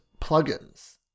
plugins